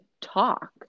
talk